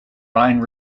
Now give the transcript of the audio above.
rhine